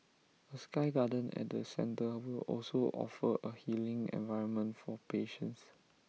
A sky garden at the centre will also offer A healing environment for patients